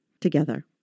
together